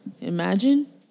Imagine